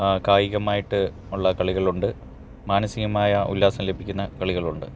കായികമായിട്ട് ഉള്ള കളികളുണ്ട് മാനസികമായ ഉല്ലാസം ലഭിക്കുന്ന കളികളുണ്ട്